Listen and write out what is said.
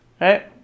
right